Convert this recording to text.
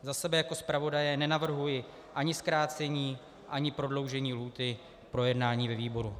Za sebe jako zpravodaje nenavrhuji ani zkrácení, ani prodloužení lhůty k projednání ve výboru.